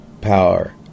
power